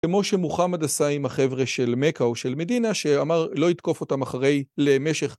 כמו שמוחמד עשה עם החבר'ה של מכה או של מדינה שאמר לא יתקוף אותם אחרי למשך